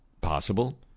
possible